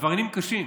עבריינים קשים.